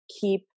keep